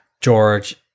George